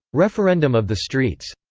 referendum of the streets.